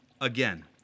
again